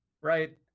Right